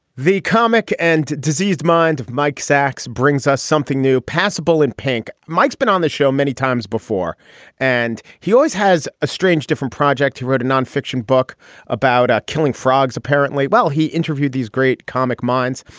the comic and dizzy's mind of mike sacks brings us something new, passable in pink. mike's been on the show many times before and he always has a strange, different project. he wrote a non-fiction book about ah killing frogs, apparently while he interviewed these great comic minds.